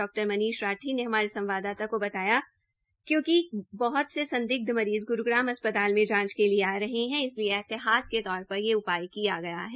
doctor Manish Rathi ने हमारे संवाददाता ने बताया कि क्योंकि बहत से संदिग्ध मरीज़ ग्रूग्राम अस्पताल में जांच के लिए आ रहे है इसलिए एहतियात के तौर पर ये उपाय किया गया है